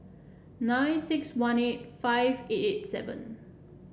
nine six one eight five eight eight seven